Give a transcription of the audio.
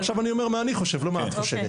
עכשיו אני אומר מה שאני חושב, לא מה שאת חושבת.